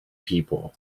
people